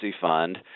fund